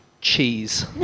Cheese